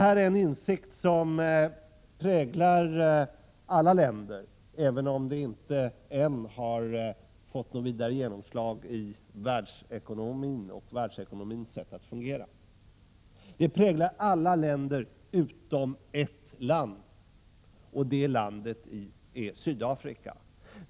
Detta är en insikt som präglar alla länder —- även om den ännu inte har fått något vidare genomslag i världsekonomin och dess sätt att fungera — utom ett land, nämligen Sydafrika.